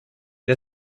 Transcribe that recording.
der